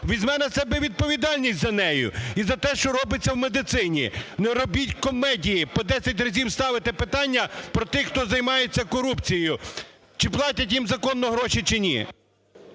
візьме на себе відповідальність за неї і за те, що робиться в медицині. Не робіть комедії, по 10 разів ставите питання про тих, хто займається корупцією, чи платять їм законно гроші, чи ні.